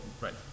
right